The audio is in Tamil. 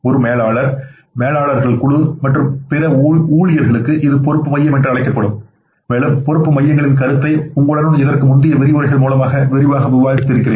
ஒரு மேலாளர் மேலாளர்கள் குழு மற்றும் பிற ஊழியர்களுக்கு இது பொறுப்பு மையம் என்று அழைக்கப்படுகிறது மேலும் பொறுப்பு மையங்களின் கருத்தை உங்களுடன் இதற்கு முந்தைய விரிவுரைகள் மூலமாக விரிவாக விவாதித்து இருக்கிறேன்